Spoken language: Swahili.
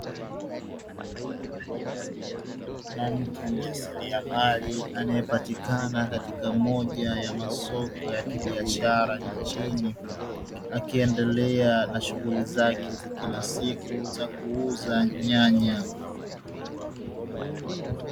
Mwanamke mjasiriamali anayepatikana katika moja ya masoko ya kibiashara nchini, akiendelea na shughuli zake za kila siku za kuuza nyanya.